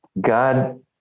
God